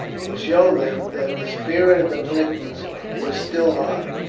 and show them that the spirit of the britons was still high.